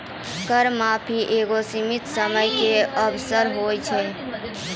कर माफी एगो सीमित समय के अवसर होय छै